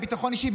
בביטחון אישי,